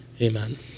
amen